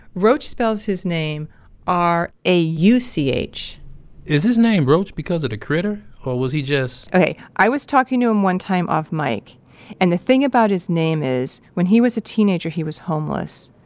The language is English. rauch spells his name r a u c h is his name rauch because of the critter? or was he just? ok. i was talking to him one time off mic and the thing about his name is, when he was a teenager, he was homeless,